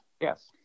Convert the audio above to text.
yes